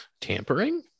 Tampering